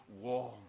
warm